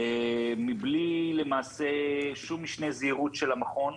מבלי שום משנה זהירות של המכון,